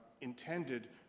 intended